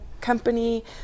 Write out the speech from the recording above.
company